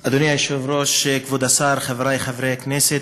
אדוני היושב-ראש, כבוד השר, חברי חברי הכנסת,